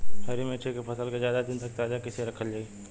हरि मिर्च के फसल के ज्यादा दिन तक ताजा कइसे रखल जाई?